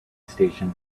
station